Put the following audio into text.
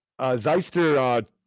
Zeister